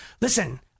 listen